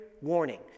warning